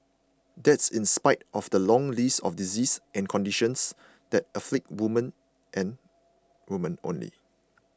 that's in spite of the long list of diseases and conditions that afflict women and women only